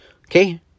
okay